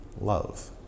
love